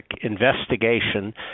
investigation